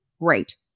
great